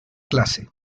clase